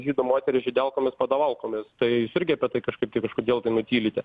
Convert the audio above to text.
žydų moteris žydelkomis padavalkomis tai jūs irgi apie tai kažkaip tai kažkodėl tai nutylite